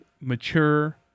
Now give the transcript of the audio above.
mature